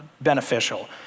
beneficial